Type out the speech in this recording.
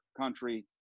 country